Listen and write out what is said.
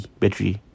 battery